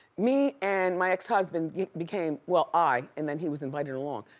me and my ex-husband became, well i, and then he was invited along,